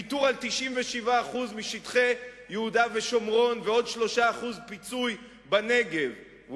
ויתור על 97% משטחי יהודה ושומרון ועוד 3% פיצוי בנגב,